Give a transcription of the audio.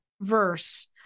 verse